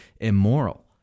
immoral